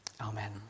Amen